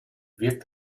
wird